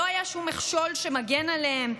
לא היה שום מכשול שמגן עליהם.